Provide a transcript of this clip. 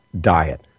diet